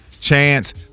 chance